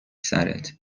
سرت